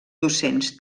docents